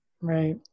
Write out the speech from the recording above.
Right